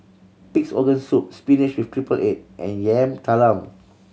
Pig's Organ Soup spinach with triple egg and Yam Talam